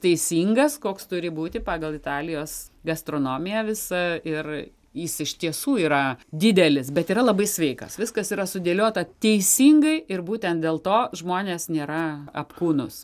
teisingas koks turi būti pagal italijos gastronomiją visą ir jis iš tiesų yra didelis bet yra labai sveikas viskas yra sudėliota teisingai ir būtent dėl to žmonės nėra apkūnūs